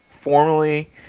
formally